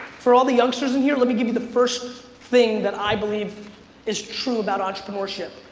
for all the youngsters in here, let me give you the first thing that i believe is true about entrepreneurship.